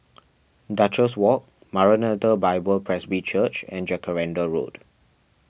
Duchess Walk Maranatha Bible Presby Church and Jacaranda Road